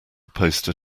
poster